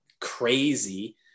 crazy